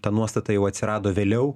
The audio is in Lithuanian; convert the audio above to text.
ta nuostata jau atsirado vėliau